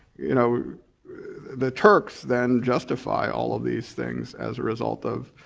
you know the turks then justify all of these things as a result of